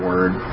Word